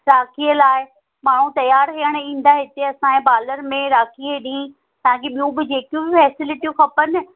राखीअ लाइ माण्हू तयारु थियणु ईंदा हिते असांजे पालर में राखीअ ॾींहुं ताकी ॿियूं बि जेकियूं बि फैसीलिटियूं खपनि